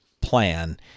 plan